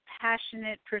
passionate